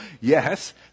yes